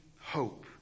hope